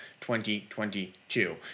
2022